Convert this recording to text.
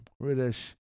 British